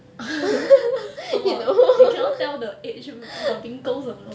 怎么 you cannot tell the age got wrinkles or not